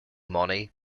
money